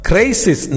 Crisis